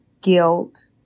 guilt